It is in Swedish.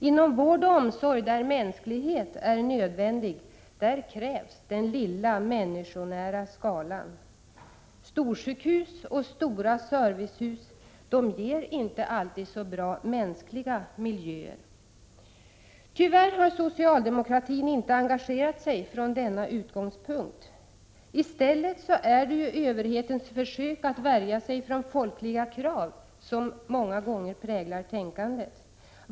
Inom vård och omsorg, där mänsklighet är nödvändig, krävs den lilla, människonära skalan. Storsjukhus och stora servicehus ger inte alltid så bra mänskliga miljöer. Tyvärr har socialdemokratin inte engagerat sig från denna utgångspunkt. I stället är det många gånger överhetens försök att värja sig mot folkliga krav som präglar tänkandet.